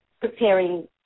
preparing